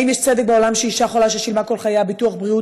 האם יש צדק בעולם שאישה חולה ששילמה כל חייה דמי ביטוח בריאות